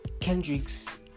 kendrick's